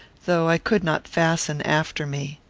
though i could not fasten after me.